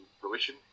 fruition